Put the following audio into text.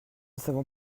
savons